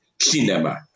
Cinema